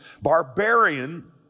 Barbarian